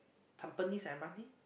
tampines m_r_t